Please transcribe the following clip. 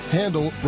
handle